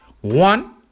One